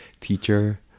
teacher